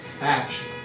Action